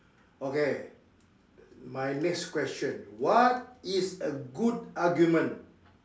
okay my next question what is a good argument